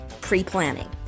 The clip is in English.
pre-planning